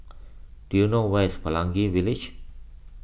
do you know where is Pelangi Village